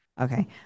Okay